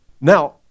now